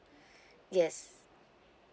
yes